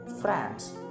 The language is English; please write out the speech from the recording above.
France